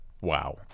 Wow